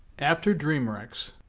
after dream wrecks,